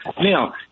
Now